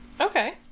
okay